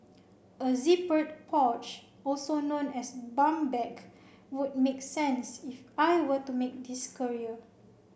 a zippered pouch also known as bum bag would make sense if I were to make this career